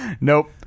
Nope